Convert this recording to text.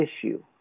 issue